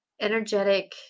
energetic